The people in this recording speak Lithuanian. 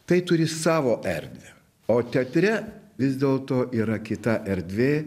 tai turi savo erdvę o teatre vis dėlto yra kita erdvė